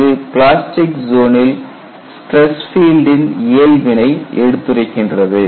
இது பிளாஸ்டிக் ஜோனில் ஸ்டிரஸ் பீல்டின் இயல்பினை எடுத்துரைக்கின்றது